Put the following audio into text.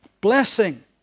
Blessing